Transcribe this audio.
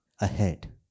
ahead